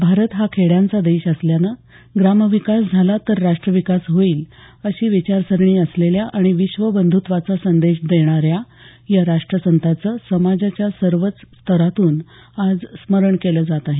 भारत हा खेड्यांचा देश असल्यानं ग्रामविकास झाला तर राष्ट्रविकास होईल अशी विचारसरणी असलेल्या आणि विश्वबंधुत्वाचा संदेश देणाऱ्या या राष्ट्रसंताचं समाजाच्या सर्वच स्तरातून आज स्मरण केलं जात आहे